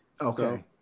Okay